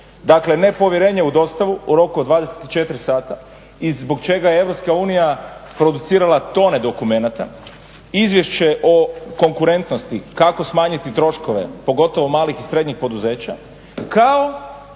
dakle nepovjerenje u dostavu, u roku od 24 sata i zbog čega EU producirala tone dokumenata, izvješće o konkurentnosti, kako smanjiti troškove pogotovo malih i srednjih poduzeća kao